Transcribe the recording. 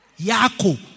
Yaku